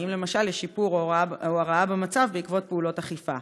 למשל אם יש שיפור או הרעה במצב בעקבות פעולות אכיפה.